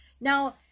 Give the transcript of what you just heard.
Now